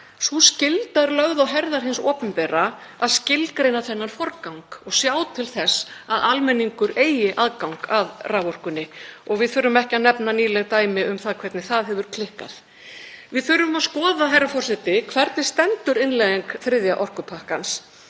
Sú skylda er lögð á herðar hins opinbera að skilgreina þennan forgang og sjá til þess að almenningur eigi aðgang að raforkunni. Við þurfum ekki að nefna nýleg dæmi um það hvernig það hefur klikkað. Við þurfum að skoða, herra forseti, hvernig innleiðing þriðja orkupakkans